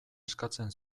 eskatzen